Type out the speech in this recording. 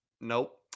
Nope